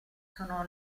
sono